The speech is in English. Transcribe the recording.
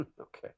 Okay